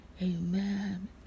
amen